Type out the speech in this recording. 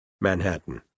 Manhattan